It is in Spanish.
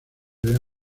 vea